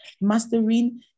mastering